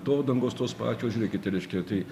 atodangos tos pačios žiūrėkit tai eiškia tai